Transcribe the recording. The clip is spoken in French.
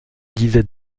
disait